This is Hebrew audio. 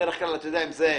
בדרך כלל לא הייתי מאפשר,